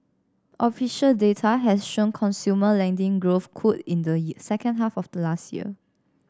official data has shown consumer lending growth cooled in the second half of last year